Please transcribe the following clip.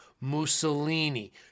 Mussolini